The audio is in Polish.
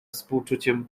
współczuciem